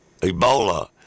Ebola